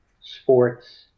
sports